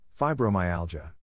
Fibromyalgia